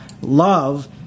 Love